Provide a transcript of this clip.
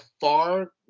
far